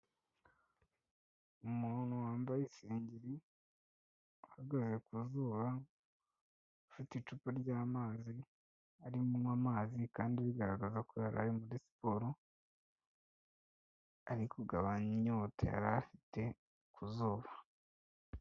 Umuntu wambaye isengeri uhagaze ku kazuba ufata icupa ry'amazi arimo anywa amazi kandi bigaragaza ko yar ari muri siporo ari kugabanya inyota yari afite ku zuba.